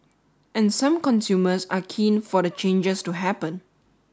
and some consumers are keen for the changes to happen